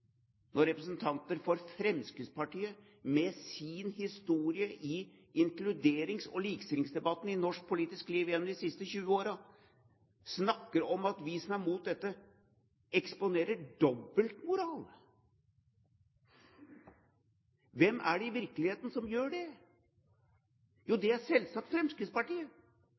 representanter for Fremskrittspartiet, med sin historie i inkluderings- og likestillingsdebatten i norsk politisk liv gjennom de siste 20 årene, snakker om at vi som er imot dette, eksponerer dobbeltmoral. Hvem er det i virkeligheten som gjør det? Jo, det er selvsagt Fremskrittspartiet,